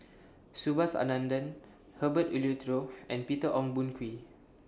Subhas Anandan Herbert Eleuterio and Peter Ong Boon Kwee